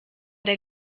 der